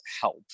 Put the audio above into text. help